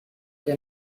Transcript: que